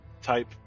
Type